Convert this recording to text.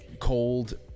cold